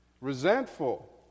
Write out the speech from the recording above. resentful